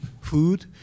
food